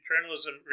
journalism